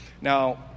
Now